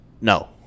No